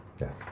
Yes